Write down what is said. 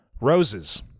Roses